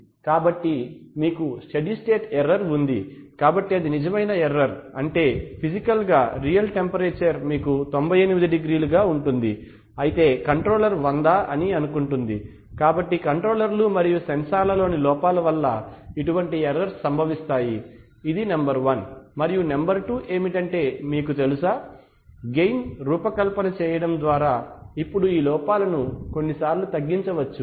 కాబట్టి మీకు steady state error ఉంది కాబట్టి అది నిజమైన ఎర్రర్ అంటే ఫిజికల్ గా రియల్ టెంపరేచర్ మీకు 98 డిగ్రీలు గా ఉంటుంది అయితే కంట్రోలర్ 100 అని అనుకుంటుంది కాబట్టి కంట్రోలర్లు మరియు సెన్సార్లలోని లోపాల వల్ల ఇటువంటి ఎర్రర్స్ సంభవిస్తాయిఇది నంబర్ వన్ మరియు నంబర్ టూ ఏమిటంటే మీకు తెలుసా గెయిన్ రూపకల్పన చేయడం ద్వారా ఇప్పుడు ఈ లోపాలను కొన్నిసార్లు తగ్గించవచ్చు